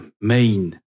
Main